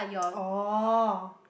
oh